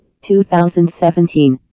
2017